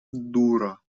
дура